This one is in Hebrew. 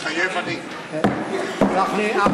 מתחייב אני סלח לי,